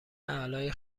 اعلای